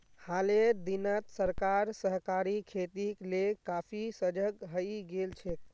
हालेर दिनत सरकार सहकारी खेतीक ले काफी सजग हइ गेल छेक